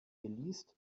geleast